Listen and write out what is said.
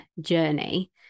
journey